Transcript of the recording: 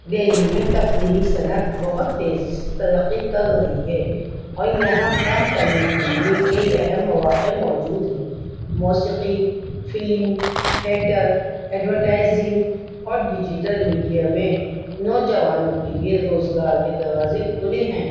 دہلی میں تفریحی صنعت بہت تیزی سے ترقی کر رہی ہے اور یہاں کام کرنے کے لیے کئی اہم مواقع موجود ہیں موسیقی فلم تھیٹر ایڈورٹائزنگ اور ڈیجیٹل میڈیا میں نوجوانوں کے لیے روزگار کے دروازے کھلے ہیں